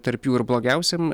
tarp jų ir blogiausiam